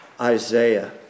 Isaiah